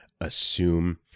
assume